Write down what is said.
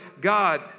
God